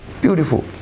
beautiful